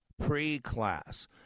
pre-class